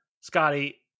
Scotty